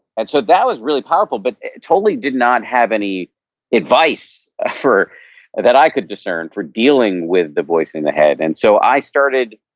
and so that was really powerful, but it totally did not have any advice ah that i could discern for dealing with the voice in the head and so i started